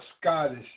Scottish